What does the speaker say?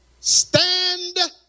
Stand